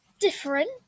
Different